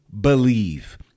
believe